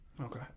okay